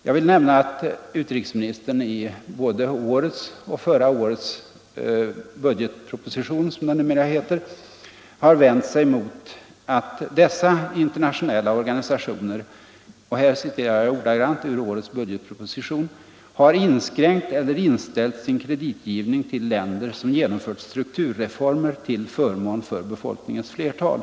Jag vill nämna att utrikesministern i både årets och förra årets budgetproposition, som det numera heter, har vänt sig mot att dessa internationella organisationer — och här återger jag vad som står i årets budgetproposition — har inskränkt eller inställt sin kredit Nr 14 givning till länder som genomfört strukturreformer till förmån för be Tisdagen den folkningens flertal.